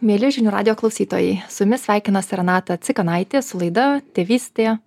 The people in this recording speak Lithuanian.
mieli žinių radijo klausytojai su jumis sveikinasi renata cikanaitė su laida tėvystė